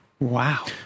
wow